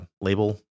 label